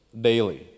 daily